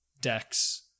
decks